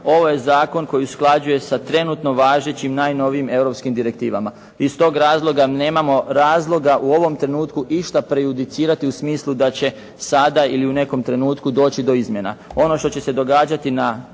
ovo je zakon koji usklađuje sa trenutno važećim najnovijim europskim direktivama. Iz tog razloga nemamo razloga u ovom trenutku išta prejudicirati u smislu da će sada ili u nekom trenutku doći do izmjena. Ono što će se događati na